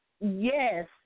Yes